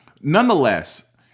Nonetheless